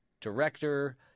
director